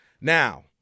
Now